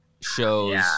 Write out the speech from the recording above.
shows